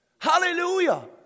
Hallelujah